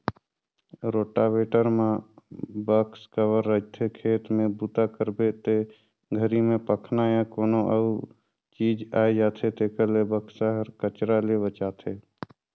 rotavator म box cover रहिथे, खेत में बूता करबे ते घरी में पखना या कोनो अउ चीज आये जाथे तेखर ले बक्सा हर कचरा ले बचाथे